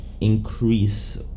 increase